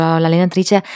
l'allenatrice